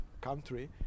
country